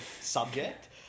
subject